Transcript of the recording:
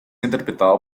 interpretado